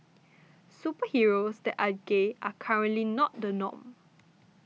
superheroes that are gay are currently not the norm